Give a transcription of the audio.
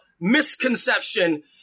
misconception